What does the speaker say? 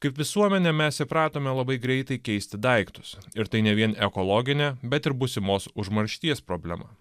kaip visuomenė mes įpratome labai greitai keisti daiktus ir tai ne vien ekologinė bet ir būsimos užmaršties problema